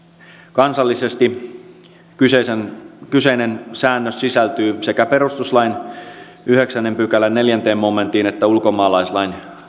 kansallisesti kyseinen kyseinen säännös sisältyy sekä perustuslain yhdeksännen pykälän neljänteen momenttiin että ulkomaalaislain